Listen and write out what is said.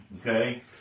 okay